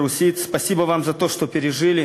ברוסית, (אומר דברים בשפה הרוסית).